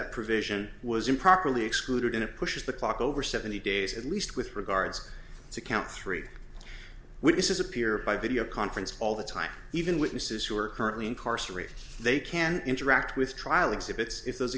that provision was improperly excluded in a push to talk over seventy days at least with regards to count three witnesses appear by video conference all the time even witnesses who are currently incarcerated they can interact with trial exhibits if those